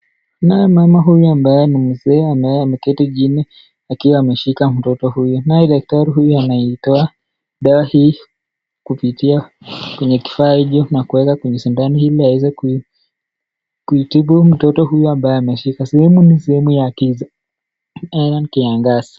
Na mama huyu ambaye ni mzee ambaye ameketi chini akiwa ameshika mtoto huyu ,naye daktari huyu anaitoa dawa hii kupitia kwenye kifaa hicho na kuweka kwenye sindano ili aweze kumtibu mtoto huyu ambaye ameshikwa. Sehemu, ni sehemu ya ama kiza ama ni kiangazi.